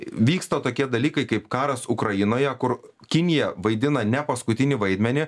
vyksta tokie dalykai kaip karas ukrainoje kur kinija vaidina nepaskutinį vaidmenį